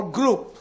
group